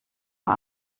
war